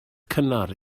cynnar